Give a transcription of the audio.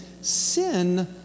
sin